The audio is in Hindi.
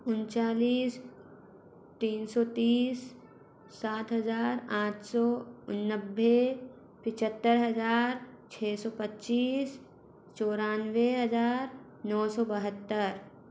उनचालीस तीन सौ तीस सात हज़ार आठ सौ नब्बे पछहत्तर हज़ार छ सौ पच्चीस चौरानवे हज़ार नौ सौ बहत्तर